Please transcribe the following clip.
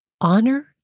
honor